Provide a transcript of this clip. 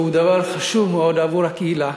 שהוא דבר חשוב מאוד עבור הקהילה,